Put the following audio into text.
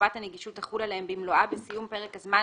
שחובת הנגישות תחול עליהם במלואה בסיום פרק הזמן